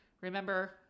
remember